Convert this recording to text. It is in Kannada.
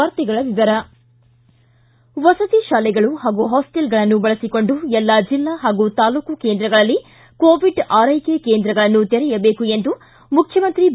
ವಾರ್ತೆಗಳ ವಿವರ ವಸತಿ ಶಾಲೆಗಳು ಹಾಗೂ ಹಾಸ್ಟೆಲ್ಗಳನ್ನು ಬಳಸಿಕೊಂಡು ಎಲ್ಲ ಜಿಲ್ಲಾ ಹಾಗೂ ತಾಲೂಕು ಕೇಂದ್ರಗಳಲ್ಲಿ ಕೋವಿಡ್ ಆರೈಕೆ ಕೇಂದ್ರಗಳನ್ನು ತೆರಯಬೇಕು ಎಂದು ಮುಖ್ಯಮಂತ್ರಿ ಬಿ